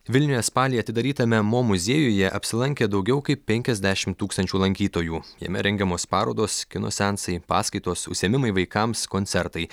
vilniuje spalį atidarytame mo muziejuje apsilankė daugiau kaip penkiasdešimt tūkstančių lankytojų jame rengiamos parodos kino seansai paskaitos užsiėmimai vaikams koncertai